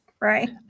Right